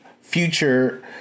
future